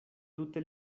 tute